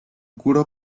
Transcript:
cura